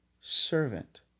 servant